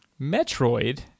Metroid